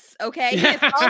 okay